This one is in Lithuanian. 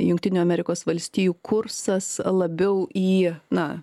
jungtinių amerikos valstijų kursas labiau į na